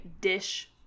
dish